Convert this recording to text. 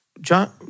John